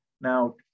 Now